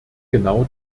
genau